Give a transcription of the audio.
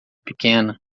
pequena